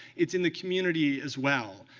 it's in the community, as well.